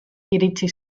iritsi